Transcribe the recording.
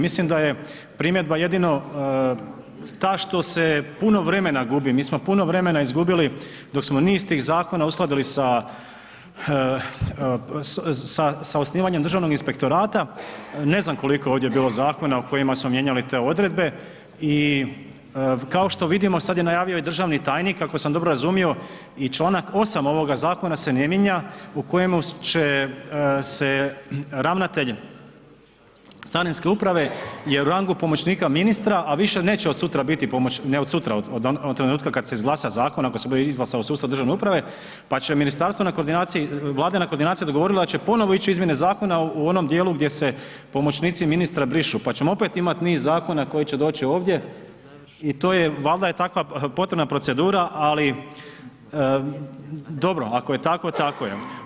Mislim da je primjedba jedino ta što se puno vremena gubi, mi smo puno vremena izgubili dok smo niz tih zakona uskladili sa osnivanjem Državnog inspektorata, ne znam koliko je ovdje bilo zakona u kojima smo mijenjali te odredbe i kao što vidimo, sad je najavio i državni tajnik ako sam dobro razumio, i članak 8. ovog zakona se ne mijenja u kojemu će se ravnatelj carinske uprave je u rangu pomoćnika ministra a više neće od sutra biti, ne od sutra, od trenutka kad se izglasa zakon ako se bude izglasao sustav državne uprave, pa će ministarstvo na koordinaciji, Vlada je na koordinaciji odgovorila da će ponovno ići izmjene zakona u onom djelu gdje se pomoćnici ministra brišu pa ćemo opet imati niz zakona koji će doći ovdje i valjda je takva potrebna procedura ali dobro, ako je tako, tako je.